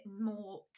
more